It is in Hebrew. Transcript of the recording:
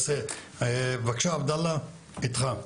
עבדאללה, בבקשה.